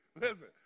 Listen